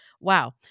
Wow